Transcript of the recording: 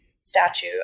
statue